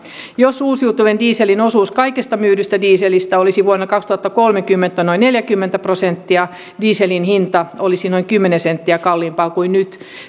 jos uusiutuvan dieselin osuus kaikesta myydystä dieselistä olisi vuonna kaksituhattakolmekymmentä noin neljäkymmentä prosenttia dieselin hinta olisi noin kymmenen senttiä kalliimpaa kuin nyt